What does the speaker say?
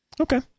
Okay